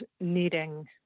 needing